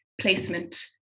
placement